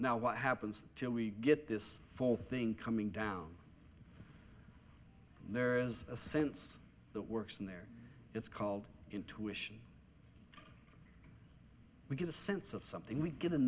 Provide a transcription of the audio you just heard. now what happens to we get this fourth thing coming down there is a sense that works in there it's called intuition we get a sense of something we get a